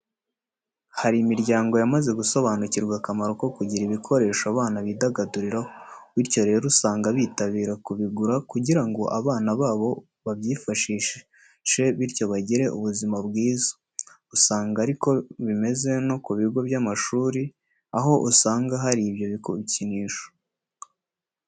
Hari imiryango yamaze gusobanukirwa akamaro ko kugira ibikoresho abana bidagaduriraho. Bityo rero usanga bitabira kubigura kugira ngo abana babo babyifashishe bityo bagire ubuzima bwiza. Usanga ariko bimeze no ku bigo by'amashuri, aho usanga hari ibyo bikinisho.